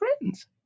friends